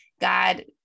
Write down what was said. God